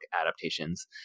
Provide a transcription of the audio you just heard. adaptations